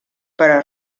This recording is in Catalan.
però